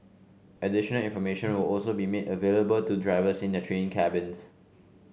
additional information will also be made available to drivers in their train cabins